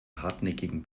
hartnäckigen